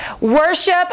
Worship